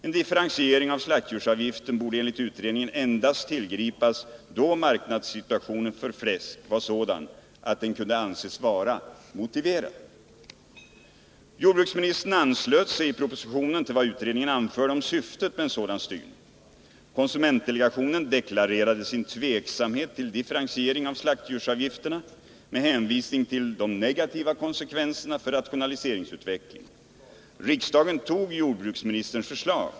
En differentiering av slaktdjursavgiften borde enligt utredningen tillgripas endast då marknadssituationen för fläsk var sådan att differentieringen kunde anses vara motiverad. Jordbruksministern anslöt sig i propositionen till vad utredningen anförde om syftet med en sådan styrning. Konsumentdelegationen deklarerade sin tveksamhet till en differentiering av slaktdjursavgifterna, med hänvisning till de negativa konsekvenserna för rationaliseringsutvecklingen. Riksdagen antog jordbruksministerns förslag.